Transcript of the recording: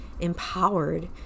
empowered